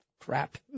crap